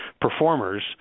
performers